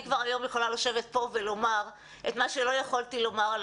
אני כבר היום יכולה לשבת פה ולומר את מה שלא יכולתי לומר.